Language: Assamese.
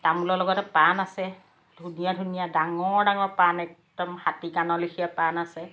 তামোলৰ লগতে পাণ আছে ধুনীয়া ধুনীয়া ডাঙৰ ডাঙৰ পাণ একদম হাতীকাণৰ লেখীয়া পান আছে